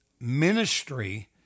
ministry